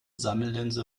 sammellinse